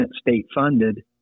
state-funded